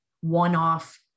one-off